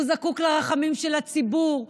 והוא זקוק לרחמים של הציבור,